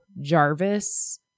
Jarvis